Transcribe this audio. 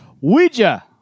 Ouija